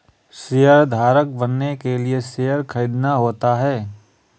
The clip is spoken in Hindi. शेयरधारक बनने के लिए शेयर खरीदना होता है